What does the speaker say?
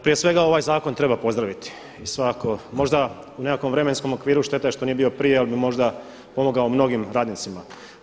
Prije svega ovaj zakon treba pozdraviti, svakako, možda u nekom vremenskom okviru šteta što nije bio prije jer bi možda pomogao mnogim radnicima.